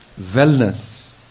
Wellness